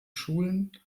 schulen